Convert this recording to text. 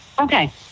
Okay